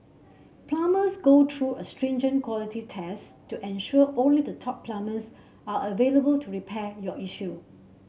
plumbers go through a stringent quality test to ensure only the top plumbers are available to repair your issue